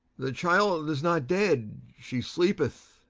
the child is not dead she sleepeth.